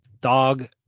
dog